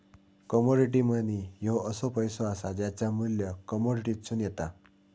commodity money ह्यो असो पैसो असा ज्याचा मू्ल्य कमोडिटीतसून येता